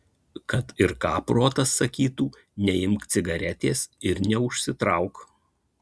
kad ir ką protas sakytų neimk cigaretės ir neužsitrauk